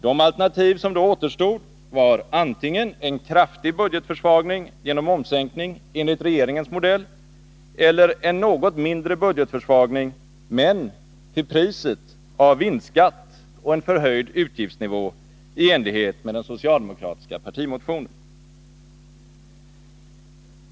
De alternativ som då återstod var antingen en kraftig budgetförsvagning genom momssänkning enligt regeringens modell eller en något mindre budgetförsvagning till priset av vinstskatt och en förhöjd utgiftsnivå i enlighet med den socialdemokratiska partimotionen.